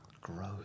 Gross